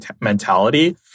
mentality